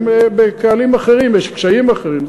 ובקהלים אחרים יש קשיים אחרים.